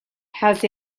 has